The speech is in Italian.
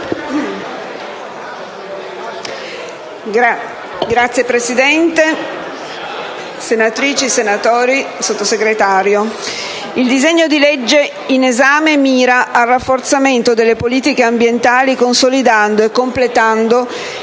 Signor Presidente, senatrici, senatori, signor Sottosegretario, il disegno di legge in esame mira al rafforzamento delle politiche ambientali, consolidando e completando